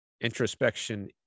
introspection